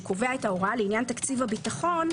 שקובע את ההוראה לעניין תקציב הביטחון,